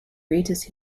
greatest